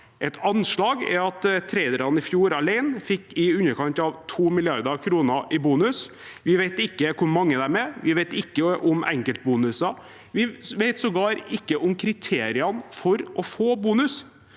Et anslag er at traderne i fjor alene fikk i underkant av 2 mrd. kr i bonus. Vi vet ikke hvor mange de er, vi vet ikke noe om enkeltbonuser, og vi vet sågar ikke noe om kriteriene for å få bonus.